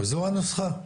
זו הנוסחה.